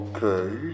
Okay